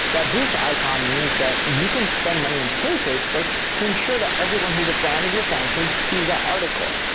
that boost icon means that you can spend money and pay facebook to ensure that everyone who's a fan of your fan page sees that article.